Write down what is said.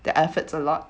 the efforts a lot